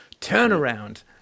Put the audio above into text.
turnaround